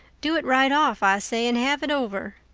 do it right off, i say, and have it over.